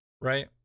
right